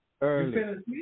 early